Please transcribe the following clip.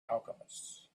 alchemists